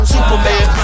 Superman